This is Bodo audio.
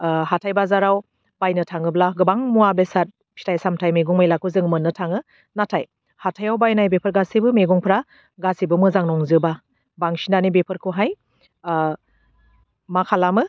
ओह हाथाइ बाजाराव बायनो थाङोब्ला गोबां मुवा बेसाद फिथाइ सामथाइ मैगं मैलाखौ जों मोननो थाङो नाथाय हाथाइयाव बायनाय बेफोर गासैबो मेगंफ्रा गासैबो मोजां नंजोबा बांसिनानो बेफोरखौहाय ओह मा खालामो